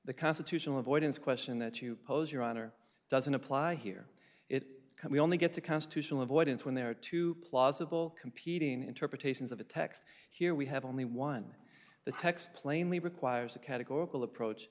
the constitutional avoidance question that you pose your honor doesn't apply here it can only get to constitutional avoidance when there are two plausible competing interpretations of the text here we have only one the text plainly requires a categorical approach